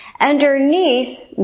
Underneath